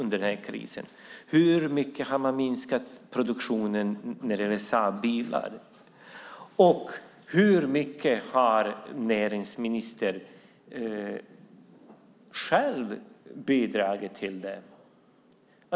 Med hur mycket har man minskat produktionen av Saabbilar? Och hur mycket har näringsministern själv bidragit till det?